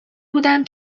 بودم